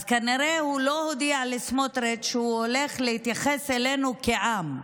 אז כנראה הוא לא הודיע לסמוטריץ' שהוא הולך להתייחס אלינו כעם,